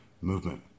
movement